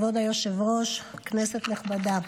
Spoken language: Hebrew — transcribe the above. כבוד היושב-ראש, כנסת נכבדה,